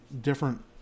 different